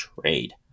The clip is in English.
trade